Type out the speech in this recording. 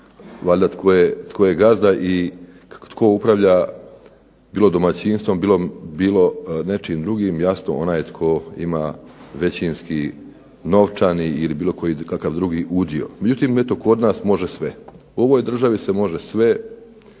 valjda tko je gazda i tko upravlja bilo domaćinstvom, bilo nečim drugim, jasno onaj tko ima većinski novčani ili bilo koji kakav drugi udio. Međutim eto kod nas može sve. U ovoj državi se može sve